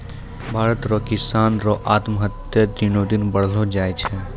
भारत रो किसानो रो आत्महत्या दिनो दिन बढ़लो जाय छै